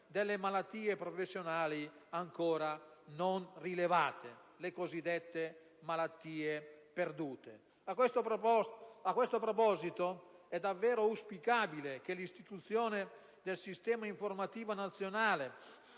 delle malattie professionali ancora non rilevate (le cosiddette malattie perdute). A questo proposito è davvero auspicabile che l'istituzione del Sistema informativo nazionale